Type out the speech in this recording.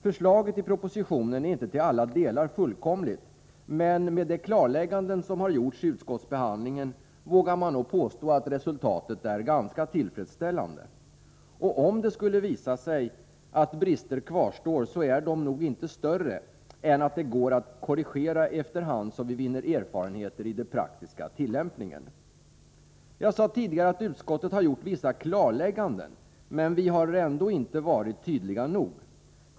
Förslaget i propositionen är inte till alla delar fullkomligt, men med de klarlägganden som har gjorts under utskottsbehandlingen vågar man nog påstå att resultatet är ganska tillfredsställande. Och om det skulle visa sig att brister kvarstår är de nog inte större än att de går att korrigera efter hand som vi vinner erfarenheter i den praktiska tillämpningen. Jag sade tidigare att utskottet gjort vissa klarlägganden, men vi har ändå inte varit tydliga nog.